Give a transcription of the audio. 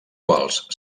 quals